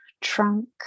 trunk